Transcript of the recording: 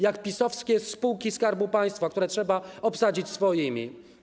Jak PiS-owskie spółki Skarbu Państwa, które trzeba obsadzić swoimi.